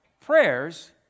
prayers